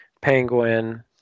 Penguin